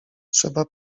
trzeba